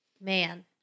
Man